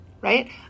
right